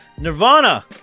Nirvana